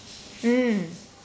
mm